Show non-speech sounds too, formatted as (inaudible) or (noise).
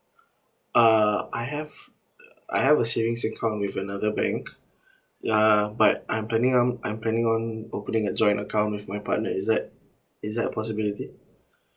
uh I have I have a savings account with another bank (breath) ya but I'm planning um I'm planning on opening a joint account with my partner is that is that a possibility (breath)